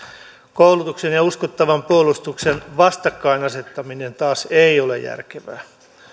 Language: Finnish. koulutuksen ja uskottavan puolustuksen vastakkain asettaminen taas ei ole järkevää